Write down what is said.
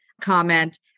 comment